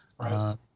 right